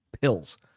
pills